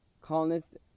colonists